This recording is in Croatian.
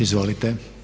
Izvolite.